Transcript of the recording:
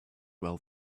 well